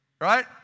right